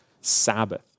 Sabbath